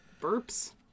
Burps